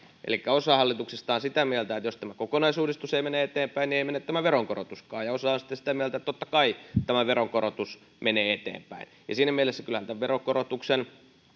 elikkä osa hallituksesta on sitä mieltä että jos tämä kokonaisuudistus ei mene eteenpäin niin ei mene tämä veronkorotuskaan ja osa on sitten sitä mieltä että totta kai tämä veronkorotus menee eteenpäin siinä mielessä kyllähän tämän veronkorotuksen